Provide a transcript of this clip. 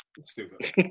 Stupid